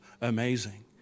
amazing